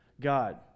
God